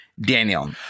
Daniel